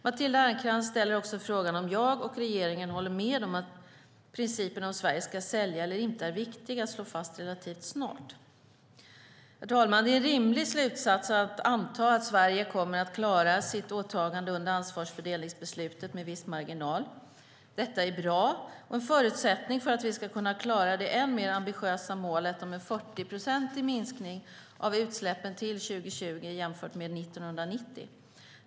Matilda Ernkrans ställer också frågan om jag och regeringen håller med om att principen om Sverige ska sälja eller inte är viktig att slå fast relativt snart. Det är en rimlig slutsats att anta att Sverige kommer att klara sitt åtagande under ansvarsfördelningsbeslutet med viss marginal. Detta är bra och en förutsättning för att vi ska kunna klara det än mer ambitiösa nationella målet om en 40-procentig minskning av utsläppen till 2020 jämfört med 1990.